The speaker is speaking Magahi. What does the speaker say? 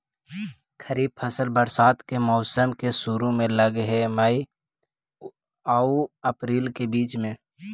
खरीफ फसल बरसात के मौसम के शुरु में लग हे, मई आऊ अपरील के बीच में